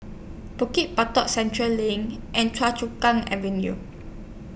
Bukit Batok Central LINK and Choa Chu Kang Avenue